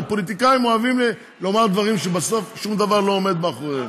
הרי פוליטיקאים אוהבים לומר דברים שבסוף שום דבר לא עומד מאחוריהם.